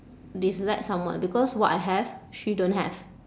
dislike someone because what I have she don't have